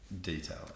detail